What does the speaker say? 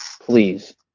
please